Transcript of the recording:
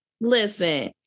listen